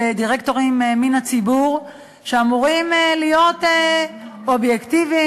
דירקטורים מן הציבור שאמורים להיות אובייקטיביים,